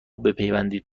بپیوندید